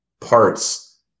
parts